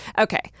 Okay